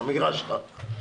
המגרש שלך.